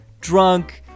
drunk